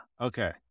Okay